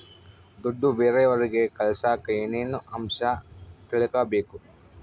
ದುಡ್ಡು ಬೇರೆಯವರಿಗೆ ಕಳಸಾಕ ಏನೇನು ಅಂಶ ತಿಳಕಬೇಕು?